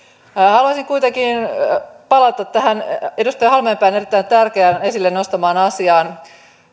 haluaisin kuitenkin palata tähän erittäin tärkeään edustaja halmeenpään esille nostamaan asiaan